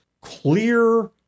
clear